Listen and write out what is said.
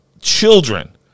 children